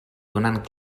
donant